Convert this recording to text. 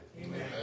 Amen